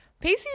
Pacey